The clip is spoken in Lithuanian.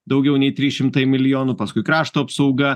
daugiau nei trys šimtai milijonų paskui krašto apsauga